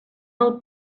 del